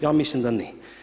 Ja mislim da ne.